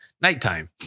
nighttime